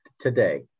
Today